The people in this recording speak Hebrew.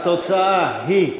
התשע"ה 2015,